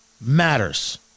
matters